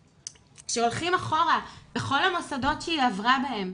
כשהולכים אחורה בכל המוסדות שהיא עברה בהם,